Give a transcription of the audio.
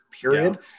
period